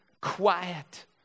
quiet